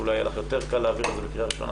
ואולי יהיה לך יותר קל להעביר את זה בקריאה ראשונה